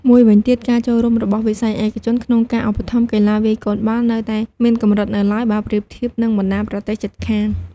មួយវិញទៀត ការចូលរួមរបស់វិស័យឯកជនក្នុងការឧបត្ថម្ភកីឡាវាយកូនបាល់នៅតែមានកម្រិតនៅឡើយ បើប្រៀបធៀបនឹងបណ្តាប្រទេសជិតខាង។